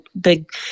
big